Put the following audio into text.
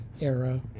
era